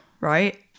right